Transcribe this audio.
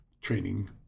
training